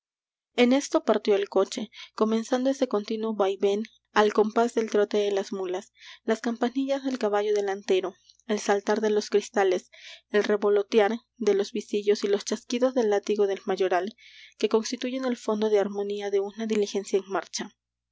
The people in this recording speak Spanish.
en esto partió el coche comenzando ese continuo vaivén al compás del trote de las mulas las campanillas del caballo delantero el saltar de los cristales el revolotear de los visillos y los chasquidos del látigo del mayoral que constituyen el fondo de armonía de una diligencia en marcha